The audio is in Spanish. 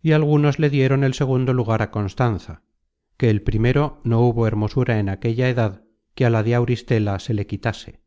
y algunos le dieron el segundo lugar á constanza que el primero no hubo hermosura en aquella edad que á la de auristela se le quitase